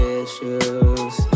issues